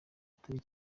atari